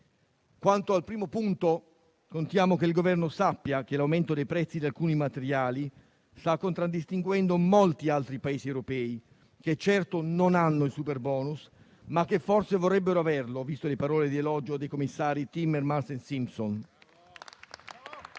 Quanto al primo punto, contiamo che il Governo sappia che l'aumento dei prezzi di alcuni materiali sta contraddistinguendo molti altri Paesi europei, che certo non hanno il superbonus, ma che forse vorrebbero averlo, considerate le parole di elogio dei commissari Timmermans e Simson.